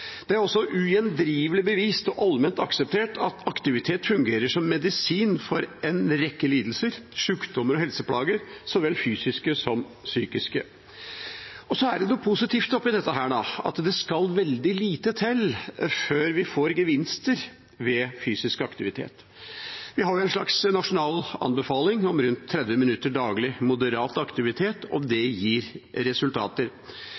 Det er også ugjendrivelig bevist og allment akseptert at aktivitet fungerer som medisin mot en rekke lidelser, sjukdommer og helseplager, så vel fysiske som psykiske. Og så er det noe positivt oppi dette, nemlig at det skal veldig lite til før vi får gevinster av fysisk aktivitet. Vi har en slags nasjonal anbefaling om rundt 30 minutter daglig moderat aktivitet, og det gir resultater.